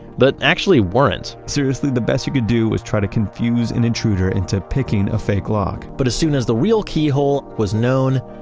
but actually weren't seriously, the best you could do was try to confuse an intruder into picking a fake lock but as soon as the real keyhole was known,